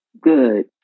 good